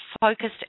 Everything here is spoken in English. focused